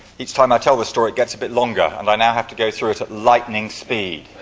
each time i tell the story, it gets a bit longer. and i now have to go through it at lightning speed.